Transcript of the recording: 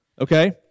Okay